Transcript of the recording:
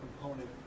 component